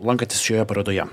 lankantis šioje parodoje